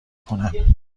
کنم